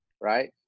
right